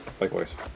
Likewise